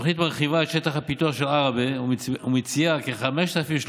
התוכנית מרחיבה את שטח הפיתוח של עראבה ומציעה כ-5,300